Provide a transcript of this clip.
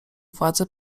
władze